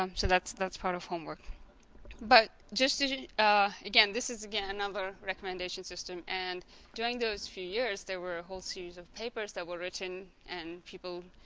um so that's that's part of homework but just. ah again this is again another recommendation system and during those few years there were a whole series of papers that were written and people.